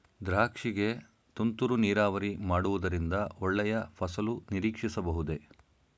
ದ್ರಾಕ್ಷಿ ಗೆ ತುಂತುರು ನೀರಾವರಿ ಮಾಡುವುದರಿಂದ ಒಳ್ಳೆಯ ಫಸಲು ನಿರೀಕ್ಷಿಸಬಹುದೇ?